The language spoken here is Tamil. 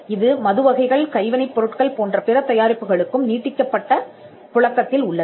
இது மது வகைகள் கைவினைப்பொருட்கள் போன்ற பிற தயாரிப்புகளுக்கும் நீட்டிக்கப்பட்ட புழக்கத்தில் உள்ளது